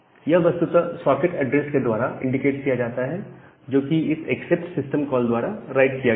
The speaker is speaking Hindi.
यह वस्तुतः सॉकेट एड्रेस के द्वारा इंडिकेट किया जाता है जोकि इस एक्सेप्ट सिस्टम कॉल द्वारा राइट किया गया है